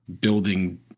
building